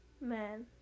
Man